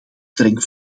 streng